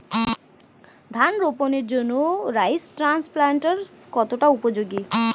ধান রোপণের জন্য রাইস ট্রান্সপ্লান্টারস্ কতটা উপযোগী?